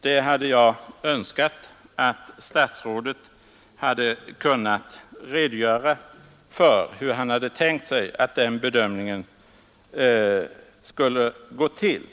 Jag hade önskat att statsrådet kunnat redogöra för hur han tänkt sig att den bedömningen skulle gå till.